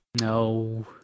No